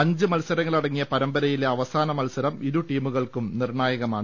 അഞ്ച് മത്സരങ്ങളടങ്ങിയ പരമ്പര യിലെ അവസാന മത്സരം ഇരുടീമുകൾക്കും നിർണായകമാണ്